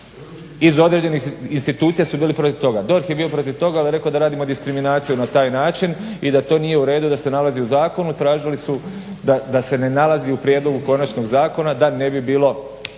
iz određenih institucija su bili protiv toga, DORH je bio protiv toga jer je rekao da radimo diskriminaciju na taj način i da to nije u redu da se nalazi u zakonu, tražili su da se ne nalazi u prijedlogu konačnog zakona, da ne bi bilo